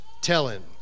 telling